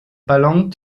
ballon